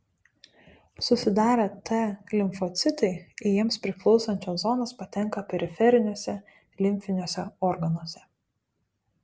susidarę t limfocitai į jiems priklausančias zonas patenka periferiniuose limfiniuose organuose